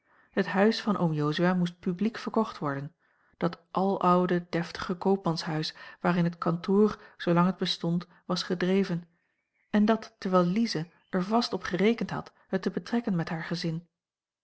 het huis van oom jozua moest publiek verkocht worden dat aloude deftige koopmanshuis waarin het kantoor zoolang het bestond was gedreven en dat terwijl lize er vast op gerekend had het te betrekken met haar gezin